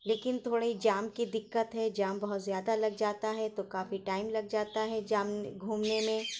لیکن تھوڑے جام کی دقت ہے جام بہت زیادہ لگ جاتا ہے تو کافی ٹائم لگ جاتا ہے جام میں گھومنے میں